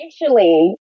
initially